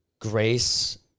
grace